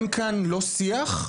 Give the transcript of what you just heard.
אין כאן לא שיח,